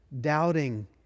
doubting